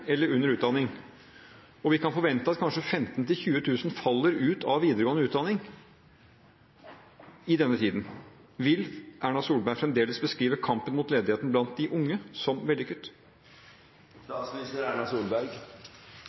eller under utdanning, og vi kan forvente at kanskje 15 000–20 000 faller ut av videregående utdanning i løpet av denne tiden, vil Erna Solberg fremdeles beskrive kampen mot ledigheten blant de unge som